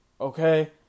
Okay